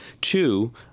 Two